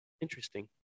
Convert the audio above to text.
interesting